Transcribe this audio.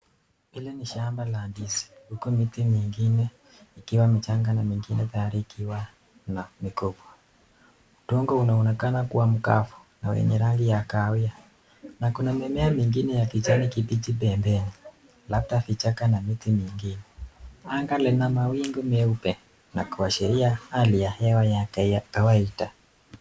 Hili ni shamba la ndizi huku miti mingine ikiwa michanga na mingine tayari ikiwa na migomba, mchanga unaonekana kuwa wa rangi ya kahawia, na kuna mimea mingine ya kijani kibichi pembeni, labda vichaka kuna miti mingine anga lina mawingu meupe na kuashiria hali yake ya kawaida.